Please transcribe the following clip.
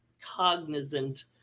cognizant